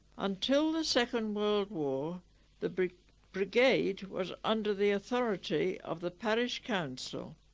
until the second world war the brigade brigade was under the authority of the parish council